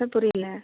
sir புரியல